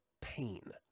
pain